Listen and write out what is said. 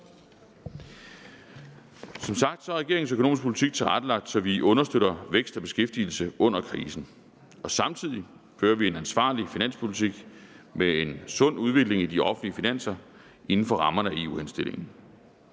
Som sagt er regeringens økonomiske politik tilrettelagt, så vi understøtter vækst og beskæftigelse under krisen, og samtidig fører vi en ansvarlig finanspolitik med en sund udvikling i de offentlige finanser inden for rammerne af EU-henstillingen.